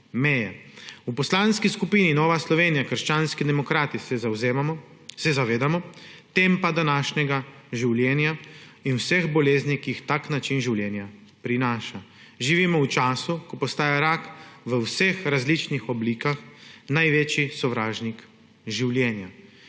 V Poslanski skupini Nova Slovenija – krščanski demokrati se zavedamo tempa današnjega življenja in vseh bolezni, ki jih tak način življenja prinaša. Živimo v času, ko postaja rak v vseh različnih oblikah največji sovražnik življenja,